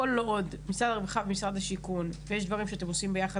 כל עוד משרד הרווחה ומשרד השיכון יש דברים שאתם עושים יחד,